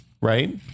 right